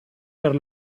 per